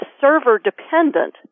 server-dependent